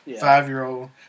Five-year-old